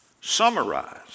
summarize